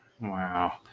wow